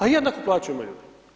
A jednaku plaću imaju.